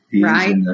right